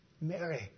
Mary